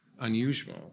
unusual